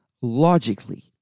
logically